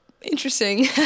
Interesting